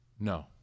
No